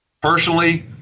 Personally